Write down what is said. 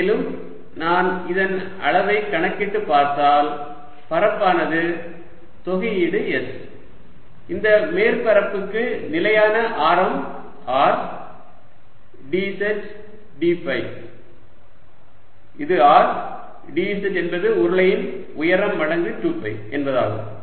மேலும் நான் இதன் அளவைக் கணக்கிட்டு பார்த்தால் பரப்பானது தொகையீடு s இந்த மேற்பரப்புக்கு நிலையான ஆரம் R dz d ஃபை இது R dz என்பது உருளையின் உயரம் மடங்கு 2 பை என்பதாகும்